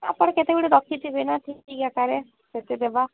ଆପଣ କେତେ ଗୋଟେ ରଖିଥିବେ ନା ଠିକ୍ ଠିକ୍ ଆକାରେ ସେତେ ଦେବା